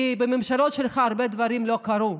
כי בממשלות שלך הרבה דברים לא קרו,